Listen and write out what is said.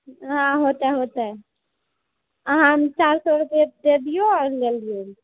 होते होते अहाँ चारि सए रुपैआ दय दियौ आ लै लियौ